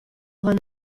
vanno